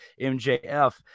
MJF